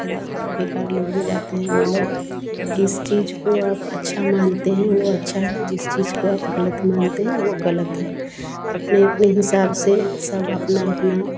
बेकार लोग भी जाते हैं वह लोग जिस चीज़ को आप अच्छा मानते हैं वह अच्छा है जिस चीज़ को आप गलत मानते हैं वह गलत है अपने अपने हिसाब से सब अपना अपना